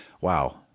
Wow